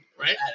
Right